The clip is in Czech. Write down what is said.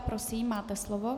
Prosím, máte slovo.